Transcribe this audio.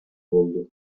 болду